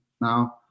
now